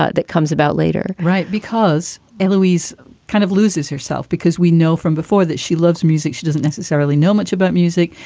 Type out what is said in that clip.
ah that comes about later right. because and louise kind of loses herself, because we know from before that she loves music. she doesn't necessarily know much about music.